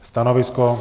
Stanovisko?